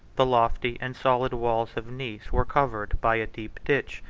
the lofty and solid walls of nice were covered by a deep ditch,